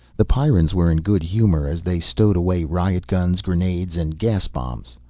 the pyrrans were in good humor as they stowed away riot guns, grenades and gas bombs.